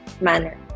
manner